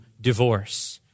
divorce